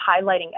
highlighting